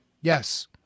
yes